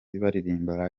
baririmba